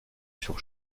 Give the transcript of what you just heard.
sur